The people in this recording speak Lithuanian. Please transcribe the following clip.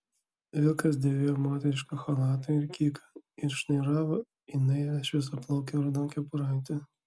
vilkas dėvėjo moterišką chalatą ir kyką ir šnairavo į naivią šviesiaplaukę raudonkepuraitę